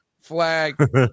flag